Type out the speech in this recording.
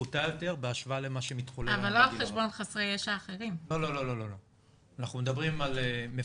פחותה יותר בהשוואה למה שמתחולל --- אבל לא על חשבון חסרי ישע אחרים.